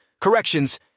corrections